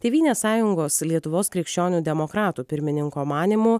tėvynės sąjungos lietuvos krikščionių demokratų pirmininko manymu